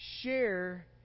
share